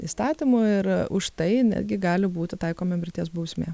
įstatymu ir už tai netgi gali būti taikoma mirties bausmė